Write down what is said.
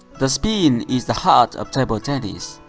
the spin is the heart of table tennis.